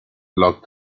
luck